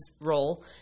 role